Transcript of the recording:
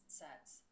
sets